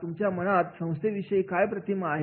तुमच्या मनात संस्थे विषयी काय प्रतिमा आहे